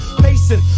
Pacing